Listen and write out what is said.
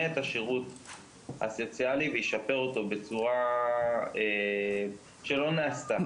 את השירות הסוציאלי וישפר אותו בצורה שלא נעשתה.